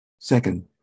Second